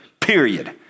period